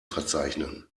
verzeichnen